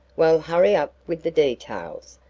well hurry up with the details,